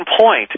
point